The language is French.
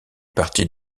partie